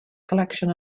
collection